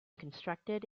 constructed